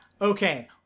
okay